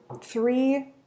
three